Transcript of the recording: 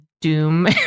doom